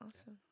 Awesome